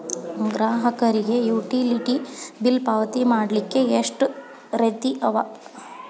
ಗ್ರಾಹಕರಿಗೆ utility bill ಪಾವತಿ ಮಾಡ್ಲಿಕ್ಕೆ ಎಷ್ಟ ರೇತಿ ಅವ?